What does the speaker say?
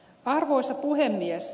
arvoisa puhemies